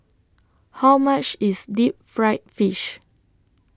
How much IS Deep Fried Fish